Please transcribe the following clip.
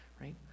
Right